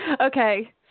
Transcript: Okay